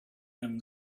him